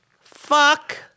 Fuck